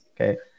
Okay